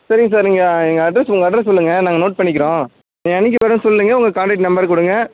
சரிங்க சார் நீங்கள் எங்கள் அட்ரஸ் உங்கள் அட்ரஸ் சொல்லுங்கள் நாங்கள் நோட் பண்ணிக்கிறோம் என்னைக்கு வேணும்னு சொல்லுங்கள் உங்கள் கான்டெக்ட் நம்பர் கொடுங்க